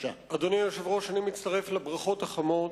אדוני היושב-ראש, אני מצטרף לברכות החמות.